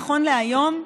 נכון להיום,